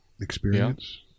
experience